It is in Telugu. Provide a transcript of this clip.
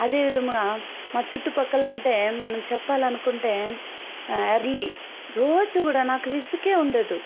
అదే విధముగా మా చుట్టుపక్కల అంటే మనం చెప్పాలనుకుంటే ఎర్లీ రోజు కూడా నాకు విసుగు ఉండదు